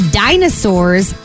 dinosaur's